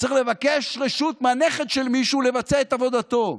צריך לבקש רשות מהנכד של מישהו לבצע את עבודתו.